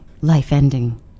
life-ending